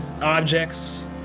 objects